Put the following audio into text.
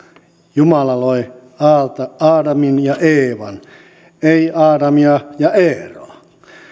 jumala loi aadamin ja eevan ei aadamia ja eeroa